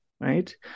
Right